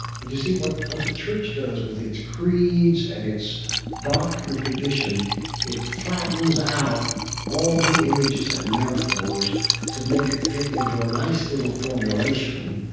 but you see, what what the church does with its creeds and its doctrinal tradition it flattens out all the images and metaphors to make it fit into a nice little formulation.